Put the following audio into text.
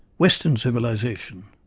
western civilization.